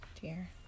dear